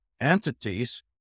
entities